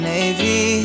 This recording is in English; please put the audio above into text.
Navy